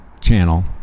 channel